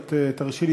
תרשי לי,